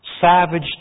Savage